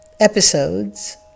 Episodes